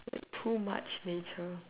too much nature